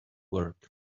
work